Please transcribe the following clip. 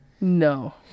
No